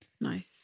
Nice